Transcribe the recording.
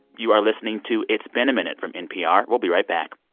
you are listening to it's been a minute from npr. we'll be right back